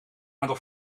aantal